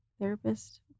therapist